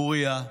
אוריה,